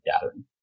gathering